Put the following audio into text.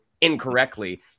incorrectly